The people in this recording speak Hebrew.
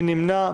מי נמנע?